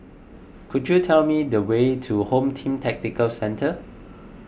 could you tell me the way to Home Team Tactical Centre